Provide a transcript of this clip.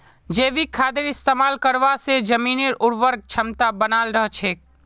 जैविक खादेर इस्तमाल करवा से जमीनेर उर्वरक क्षमता बनाल रह छेक